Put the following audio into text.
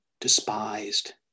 despised